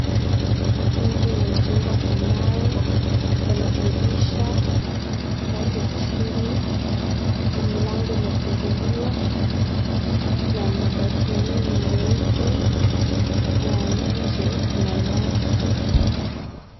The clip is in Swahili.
Nyumba imejengwa Kwa mawe kuna dirisha moja chini na mlango imefunguliwa na mabati mbili nyeupe la nje. Kuna nyasi .